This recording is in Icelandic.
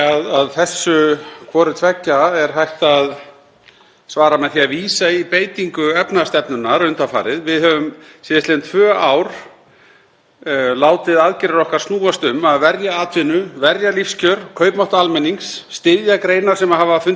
látið aðgerðir okkar snúast um að verja atvinnu, verja lífskjör, kaupmátt almennings, styðja greinar sem hafa fundið hvað mest fyrir faraldrinum og reynt að tryggja viðspyrnu, vernd og skilyrði vaxtar þegar heimsfaraldrinum myndi ljúka.